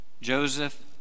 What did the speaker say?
Joseph